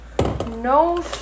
No